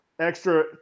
extra